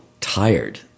tired